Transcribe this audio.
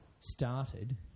started